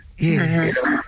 Yes